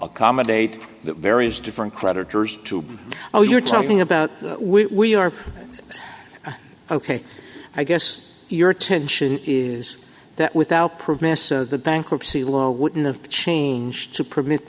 accommodate the various different creditors to oh you're talking about we are ok i guess your attention is that without premise the bankruptcy law wouldn't have changed to permit